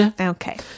Okay